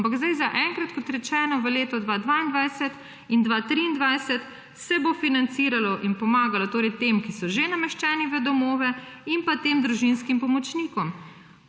Ampak sedaj zaenkrat, kot rečeno, v letu 2022 in 2023 se bo financiralo in pomagalo tem, ki so že nameščeni v domove, in pa tem družinskim pomočnikom.